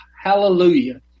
hallelujah